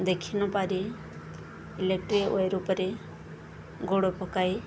ଦେଖି ନ ପାରି ଇଲେକ୍ଟ୍ରି ୱାୟାର୍ ଉପରେ ଗୋଡ଼ ପକାଇ